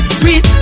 sweet